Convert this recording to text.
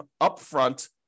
upfront